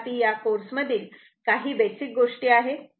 तथापि या कोर्स मधील या काही बेसिक गोष्टी आहे